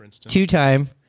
two-time